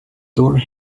door